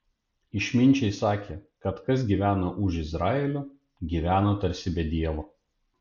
išminčiai sakė kad kas gyvena už izraelio gyvena tarsi be dievo